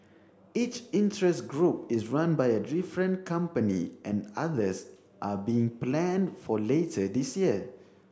each interest group is run by a different company and others are being planned for later this year